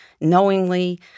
knowingly